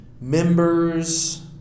members